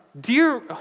dear